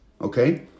okay